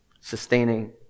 sustaining